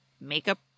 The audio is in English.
makeup